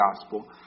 gospel